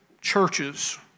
churches